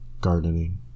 gardening